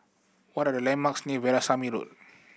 what are the landmarks near Veerasamy Road